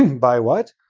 by what?